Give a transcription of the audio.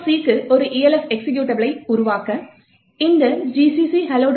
c க்கு ஒரு Elf எக்சிகியூட்டபிளை உருவாக்க இந்த gcc hello